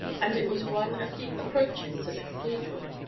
and it was one of the approaches to the cathedral,